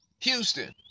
Houston